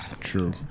True